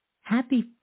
happy